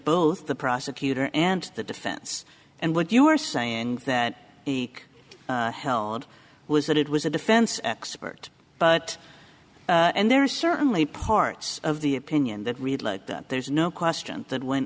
both the prosecutor and the defense and what you were saying that he held was that it was a defense expert but and there are certainly parts of the opinion that read like that there's no question that when